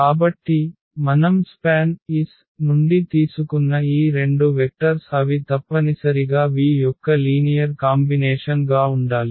కాబట్టి మనం SPAN నుండి తీసుకున్న ఈ రెండు వెక్టర్స్ అవి తప్పనిసరిగా v యొక్క లీనియర్ కాంబినేషన్ గా ఉండాలి